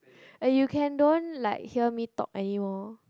eh you can don't like hear me talk any more